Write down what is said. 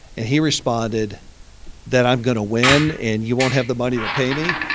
and he responded that i'm going to win, and you won't have the money to pay me.